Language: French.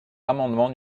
l’amendement